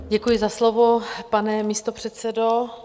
Děkuji za slovo, pane místopředsedo.